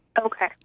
Okay